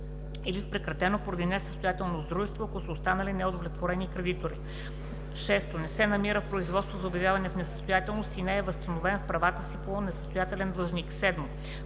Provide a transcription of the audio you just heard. или в прекратено поради несъстоятелност дружество, ако са останали неудовлетворени кредитори; 6. не се намира в производство за обявяване в несъстоятелност и не е невъзстановен в правата си несъстоятелен длъжник; 7.